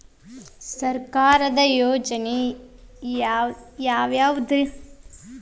ಸರ್ಕಾರದ ಯೋಜನೆ ಯಾವ್ ಯಾವ್ದ್?